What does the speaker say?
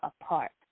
apart